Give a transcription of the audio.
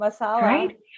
Right